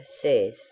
SAYS